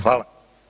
Hvala.